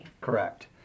Correct